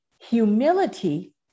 humility